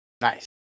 Nice